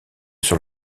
sur